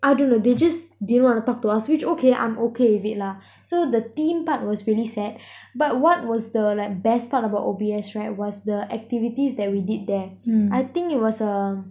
I dunno they just didn't want to talk to us which okay I'm okay with it lah so the team part was really sad but what was like the best part about O_B_S right was the activities that we did there I think it was a